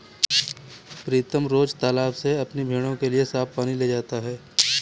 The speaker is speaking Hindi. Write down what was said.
प्रीतम रोज तालाब से अपनी भेड़ों के लिए साफ पानी ले जाता है